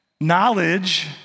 Knowledge